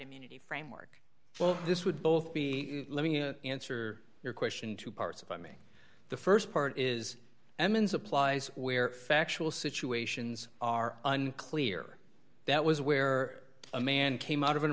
immunity framework for this would both be living in answer your question two parts of me the st part is emin's applies where factual situations are unclear that was where a man came out of an